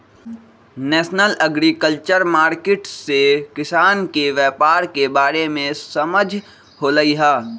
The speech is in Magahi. नेशनल अग्रिकल्चर मार्किट से किसान के व्यापार के बारे में समझ होलई ह